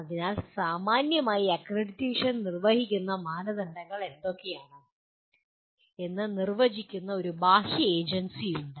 അതിനാൽ സാമാന്യമായി അക്രഡിറ്റേഷൻ നിർവ്വഹിക്കുന്ന മാനദണ്ഡങ്ങൾ എന്തൊക്കെയാണ് എന്ന് നിർവചിക്കുന്ന ഒരു ബാഹ്യ ഏജൻസി ഉണ്ട്